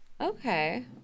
Okay